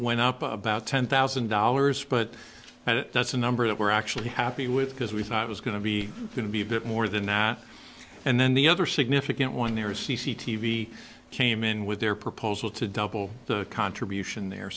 went up about ten thousand dollars but it doesn't number that we're actually happy with because we thought it was going to be going to be a bit more than that and then the other significant one there is c c t v came in with their proposal to double the contribution there